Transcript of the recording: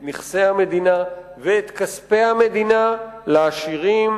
את נכסי המדינה ואת כספי המדינה לעשירים,